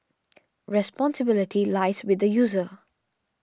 responsibility lies with the user